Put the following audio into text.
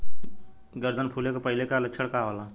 गर्दन फुले के पहिले के का लक्षण होला?